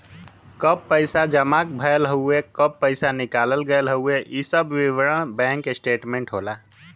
कब पैसा जमा भयल हउवे कब निकाल गयल हउवे इ सब विवरण बैंक स्टेटमेंट होला